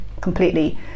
completely